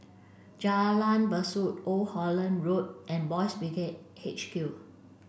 Jalan Besut Old Holland Road and Boys Brigade H Q